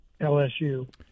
LSU